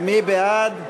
מי בעד?